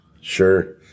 Sure